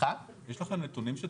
יש לכם נתונים שתומכים בזה?